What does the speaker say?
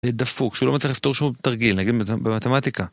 זה דפוק, שהוא לא מצליח לפתור שום תרגיל, נגיד במתמטיקה.